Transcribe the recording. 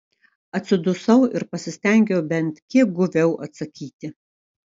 atsidusau ir pasistengiau bent kiek guviau atsakyti